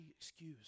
excuse